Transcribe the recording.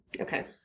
Okay